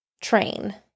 train